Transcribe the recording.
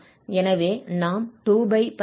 எனவே நாம் 2πα மற்றும் cos αu ஐ பெறுகிறோம்